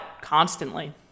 constantly